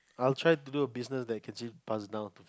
I'll try to do a business that I can see passed down